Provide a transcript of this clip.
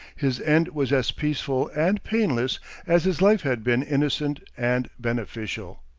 his end was as peaceful and painless as his life had been innocent and beneficial.